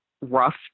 rough